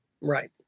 Right